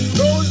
no